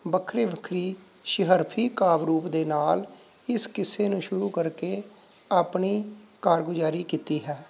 ਵੱਖਰੇ ਵੱਖਰੀ ਸ਼ਹਰਫੀ ਕਾਵਿ ਰੂਪ ਦੇ ਨਾਲ ਇਸ ਕਿੱਸੇ ਨੂੰ ਸ਼ੁਰੂ ਕਰਕੇ ਆਪਣੀ ਕਾਰਗੁਜ਼ਾਰੀ ਕੀਤੀ ਹੈ